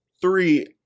three